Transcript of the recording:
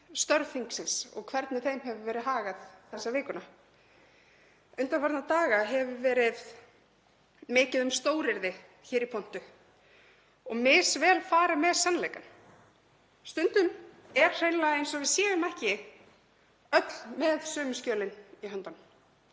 störf þingsins og hvernig þeim hefur verið hagað þessa vikuna. Undanfarna daga hefur verið mikið um stóryrði hér í pontu, misvel farið með sannleikann. Stundum er hreinlega eins og við séum ekki öll með sömu skjölin í höndunum.